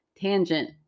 Tangent